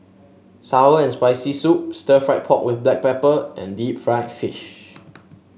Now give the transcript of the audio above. sour and Spicy Soup Stir Fried Pork with Black Pepper and Deep Fried Fish